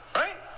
right